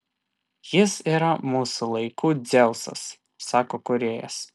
jis yra mūsų laikų dzeusas sako kūrėjas